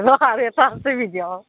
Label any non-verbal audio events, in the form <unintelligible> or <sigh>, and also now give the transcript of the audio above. <unintelligible>